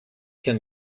can